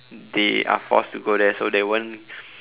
they are forced to go there so they won't